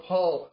Paul